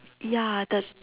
ya the